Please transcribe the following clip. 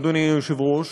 אדוני היושב-ראש,